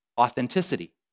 authenticity